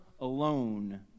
alone